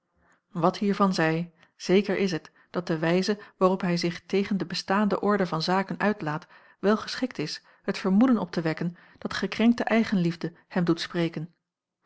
wat hiervan zij zeker is het dat de wijze waarop hij zich tegen de bestaande orde van zaken uitlaat wel geschikt is het vermoeden op te wekken dat gekrenkte eigenliefde hem doet spreken